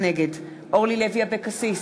נגד אורלי לוי אבקסיס,